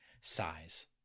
size